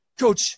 Coach